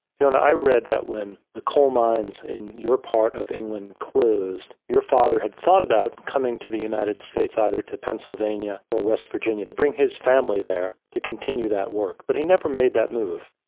fiona, i read that when the coal mines in your part of england closed, your father had thought about coming to the united states, either to pennsylvania or west virginia, to bring his family there to continue that work, but he never made that move.